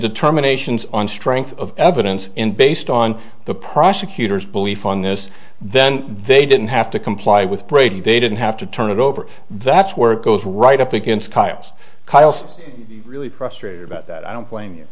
determinations on strength of evidence and based on the prosecutor's belief on this then they didn't have to comply with brady they didn't have to turn it over that's where it goes right up against kyle's really frustrated about that i don't blame you